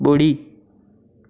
ॿुड़ी